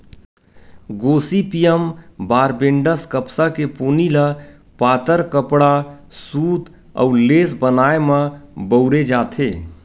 Gossypium barbadense कपसा के पोनी ल पातर कपड़ा, सूत अउ लेस बनाए म बउरे जाथे